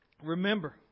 remember